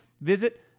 Visit